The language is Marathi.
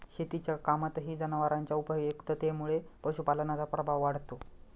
शेतीच्या कामातही जनावरांच्या उपयुक्ततेमुळे पशुपालनाचा प्रभाव वाढतो